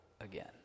again